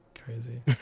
crazy